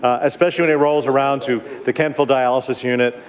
ah especially when it rolls around to the cancelled dialysis unit,